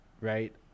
Right